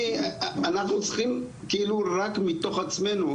אנחנו צריכים כאילו רק מתוך עצמנו,